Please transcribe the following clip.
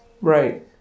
right